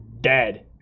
dead